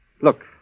Look